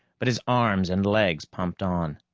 but his arms and legs pumped on.